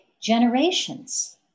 generations